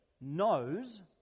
knows